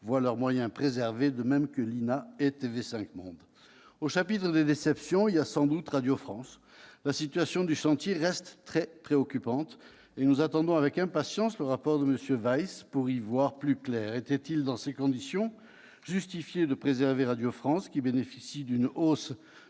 voient leurs moyens préservés, de même que l'INA et TV5 Monde. Au chapitre des déceptions, il y a sans doute Radio France : la situation du chantier reste très préoccupante, et nous attendons avec impatience le rapport de M. Weiss pour y voir plus clair. Était-il, dans ces conditions, justifié de préserver Radio France, qui bénéficie d'une hausse